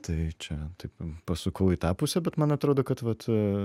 tai čia taip pasukau į tą pusę bet man atrodo kad vat